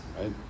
right